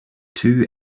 two